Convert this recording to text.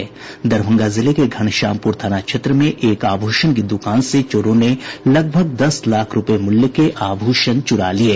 दरभंगा जिले के घनश्यामपुर थाना क्षेत्र में एक स्वर्ण आभूषण की दुकान से चोरों ने लगभग दस लाख रुपये मूल्य के आभूषण चुरा लिये